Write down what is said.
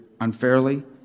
unfairly